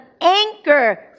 anchor